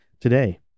today